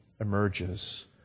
emerges